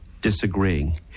disagreeing